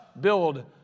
build